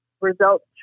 results